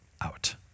out